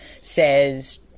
says